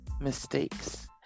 mistakes